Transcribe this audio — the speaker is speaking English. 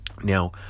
Now